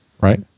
Right